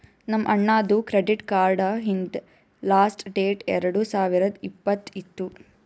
ನಮ್ ಅಣ್ಣಾದು credit card ಹಿಂದ್ ಲಾಸ್ಟ್ ಡೇಟ್ ಎರಡು ಸಾವಿರದ್ ಇಪ್ಪತ್ತ್ ಇತ್ತು